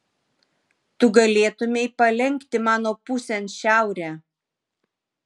tu galėtumei palenkti mano pusėn šiaurę